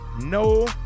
no